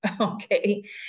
okay